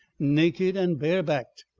naked and barebacked.